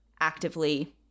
actively